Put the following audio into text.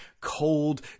Cold